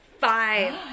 five